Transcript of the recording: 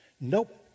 nope